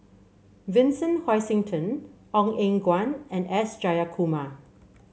Vincent Hoisington Ong Eng Guan and S Jayakumar